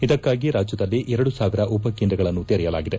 ಇದಕ್ಕಾಗಿ ರಾಜ್ಯದಲ್ಲಿ ಎರಡು ಸಾವಿರ ಉಪಕೇಂದ್ರಗಳನ್ನು ತೆರೆಯಲಾಗಿದೆ